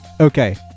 okay